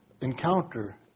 encounter